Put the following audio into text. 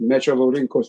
mečio laurinkaus